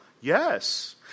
Yes